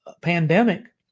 pandemic